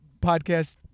podcast